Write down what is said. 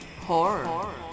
horror